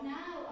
now